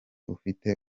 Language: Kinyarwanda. ufite